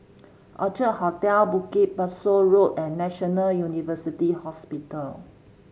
Orchard Hotel Bukit Pasoh Road and National University Hospital